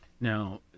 Now